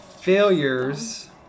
Failures